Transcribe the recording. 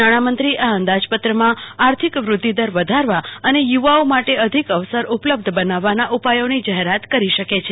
નાણામંત્રી આ અંદાજપત્રમાં આર્થિક વૃદ્ધિ દર વધારવાના અને યુવાઓ માટે અધિક અવસર ઉપલબ્ધ બનાવવાના ઉપાયોની જાહેરાત કરી શકે છે